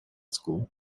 school